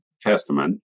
Testament